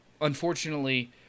Unfortunately